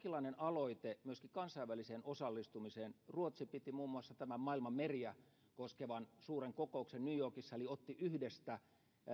mutta jonkinlainen aloite myöskin kansainväliseen osallistumiseen ruotsi piti muun muassa maailman meriä koskevan suuren kokouksen new yorkissa eli otti yhdestä